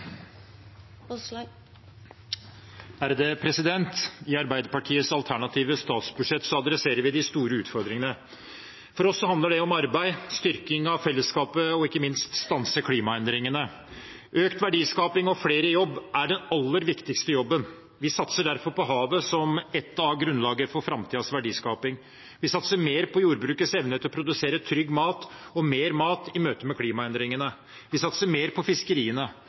om å stanse klimaendringene. Økt verdiskaping og flere i jobb er den aller viktigste jobben. Vi satser derfor på havet som et av grunnlagene for framtidens verdiskaping. Vi satser mer på jordbrukets evne til å produsere trygg mat og mer mat i møte med klimaendringene. Vi satser mer på fiskeriene.